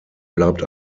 bleibt